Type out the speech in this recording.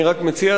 אני רק מציע,